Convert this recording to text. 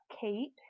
Kate